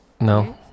no